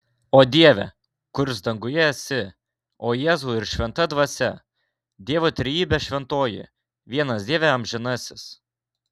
o dieve kurs danguje esi o jėzau ir šventa dvasia dievo trejybe šventoji vienas dieve amžinasis